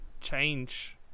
change